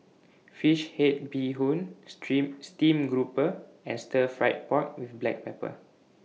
Fish Head Bee Hoon Stream Steam Grouper and Stir Fried Pork with Black Pepper